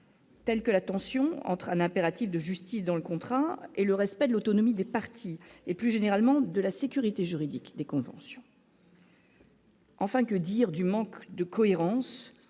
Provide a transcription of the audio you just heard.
Telle que la tension entre un impératif de justice dans le contrat et le respect de l'autonomie des partis, et plus généralement de la sécurité juridique des conventions. Enfin que dire du manque de cohérence,